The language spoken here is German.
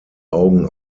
augen